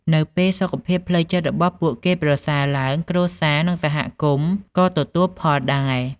នៅពេលសុខភាពផ្លូវចិត្តរបស់ពួកគេប្រសើរឡើង គ្រួសារ និងសហគមន៍ក៏ទទួលផលដែរ។